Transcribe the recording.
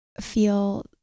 feel